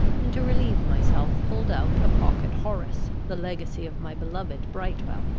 and to relieve myself pulled out a pocket horace, the legacy of my beloved brightwel!